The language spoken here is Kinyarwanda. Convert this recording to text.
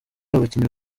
abakinnyi